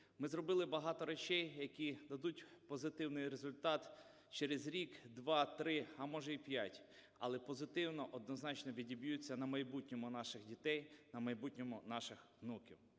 Ми зробили багато речей, які дадуть позитивний результат через рік, два, три, а може і п'ять, але позитивно однозначно відіб'ються на майбутньому наших дітей, на майбутньому наших внуків.